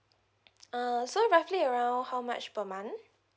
uh so roughly around how much per month